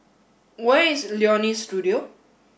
where is Leonie Studio